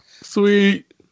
sweet